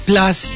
Plus